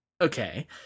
okay